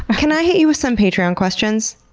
can i hit you with some patreon questions?